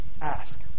ask